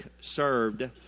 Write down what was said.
served